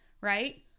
right